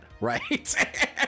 Right